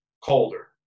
colder